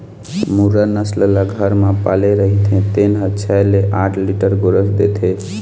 मुर्रा नसल ल घर म पाले रहिथे तेन ह छै ले आठ लीटर गोरस देथे